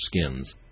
skins